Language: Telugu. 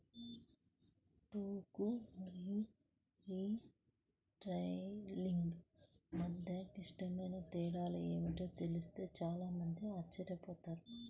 టోకు మరియు రిటైలింగ్ మధ్య క్లిష్టమైన తేడాలు ఏమిటో తెలిస్తే చాలా మంది ఆశ్చర్యపోతారు